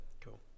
Cool